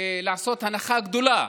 לעשות הנחה גדולה